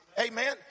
Amen